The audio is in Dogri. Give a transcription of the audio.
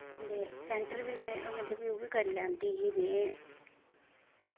ते सैंटर बी मतलब कि ओह् बी करी लैंदी ही में